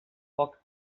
poc